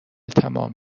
تموم